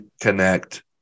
Connect